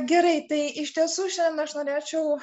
gerai tai iš tiesų šiandien aš norėčiau